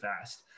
fast